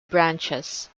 branches